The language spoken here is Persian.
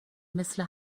مثل